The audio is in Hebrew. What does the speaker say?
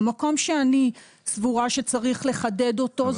המקום שאני סבורה שצריך לחדד אותו זו